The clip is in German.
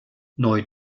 neu